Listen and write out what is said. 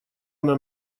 она